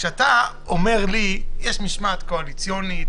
כשאתה אומר לי שיש משמעת קואליציונית,